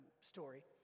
story